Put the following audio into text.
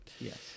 Yes